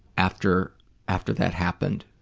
after after that happened?